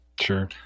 Sure